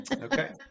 okay